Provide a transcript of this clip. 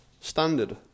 Standard